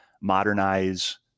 modernize